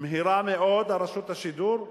מהירה מאוד על רשות השידור,